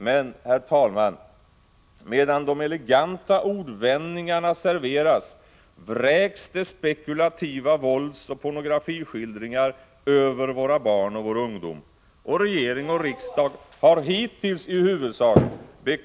Men, herr talman, medan de eleganta ordvändningarna serveras vräks det spekulativa våldsoch pornografiskildringar över våra barn och vår ungdom. Regering och riksdag har hittills i huvudsak.